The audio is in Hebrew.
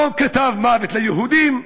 לא כתב "מוות ליהודים",